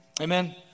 Amen